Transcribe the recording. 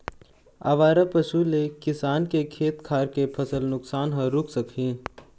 आवारा पशु ले किसान के खेत खार के फसल नुकसान ह रूक सकही